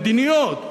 מדיניות,